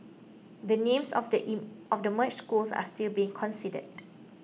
the names of the E of the merged schools are still being considered